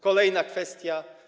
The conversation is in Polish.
Kolejna kwestia.